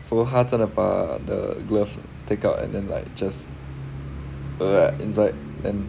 so 他真的把 the glove take out and then like just inside and